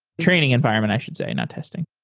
training environment i should say. not testing.